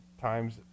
times